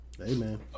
Amen